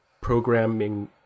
programming